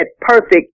perfect